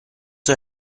her